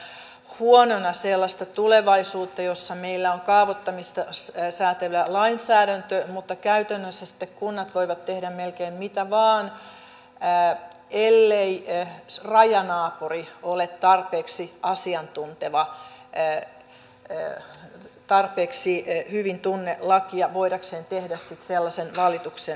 pidän hyvin huonona sellaista tulevaisuutta jossa meillä on kaavoittamista säätelevä lainsäädäntö mutta käytännössä sitten kunnat voivat tehdä melkein mitä vain ellei rajanaapuri ole tarpeeksi asiantunteva tarpeeksi hyvin tunne lakia voidakseen tehdä sitten sellaisen valituksen joka menestyy